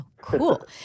cool